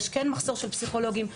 כן יש מחסור בפסיכולוגים,